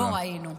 לא ראינו.